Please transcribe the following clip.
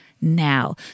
now